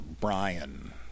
Brian